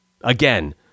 Again